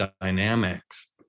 dynamics